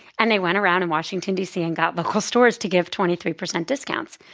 and they went around in washington, d c, and got local stores to give twenty three percent discounts.